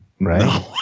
Right